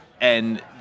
And-